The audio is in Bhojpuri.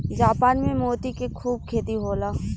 जापान में मोती के खूब खेती होला